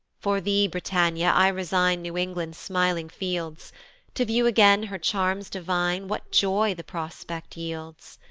for thee, britannia, i resign new-england's smiling fields to view again her charms divine, what joy the prospect yields!